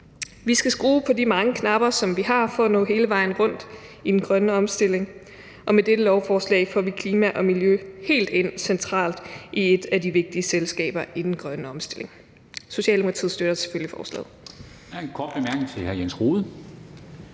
Vi skal skrue på de mange knapper, som vi har, for at nå hele vejen rundt i den grønne omstilling, og med dette lovforslag får vi klima og miljø helt ind centralt i et af de vigtige selskaber i den grønne omstilling. Socialdemokratiet støtter selvfølgelig forslaget.